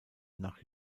nach